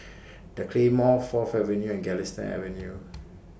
The Claymore Fourth Avenue and Galistan Avenue